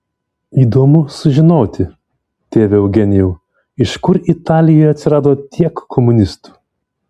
įdomu sužinoti tėve eugenijau iš kur italijoje atsirado tiek komunistų